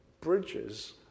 bridges